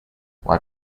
why